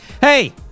hey